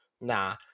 nah